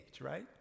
right